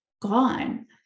gone